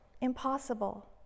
Impossible